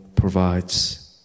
Provides